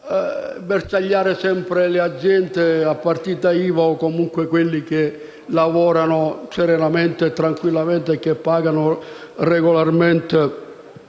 bersagliare le aziende a partita IVA, o comunque coloro che lavorano serenamente e tranquillamente e pagano regolarmente